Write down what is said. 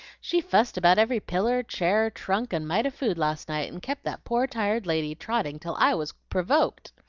she fussed about every piller, chair, trunk, and mite of food last night, and kept that poor tired lady trotting till i was provoked.